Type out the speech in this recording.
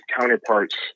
counterparts